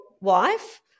wife